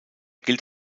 gilt